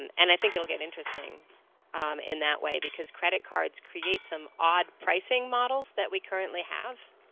and and i think it will get interesting in that way because credit cards create some odd pricing models that we currently have.